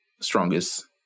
strongest